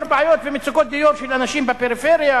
בעיות ומצוקות דיור של אנשים בפריפריה,